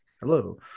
hello